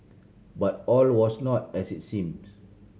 but all was not as it seemed